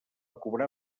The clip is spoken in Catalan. cobrar